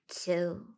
two